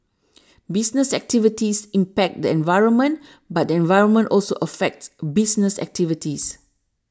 business activities impact the environment but the environment also affects business activities